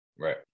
Right